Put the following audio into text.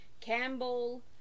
Campbell